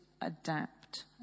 adapt